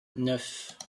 neuf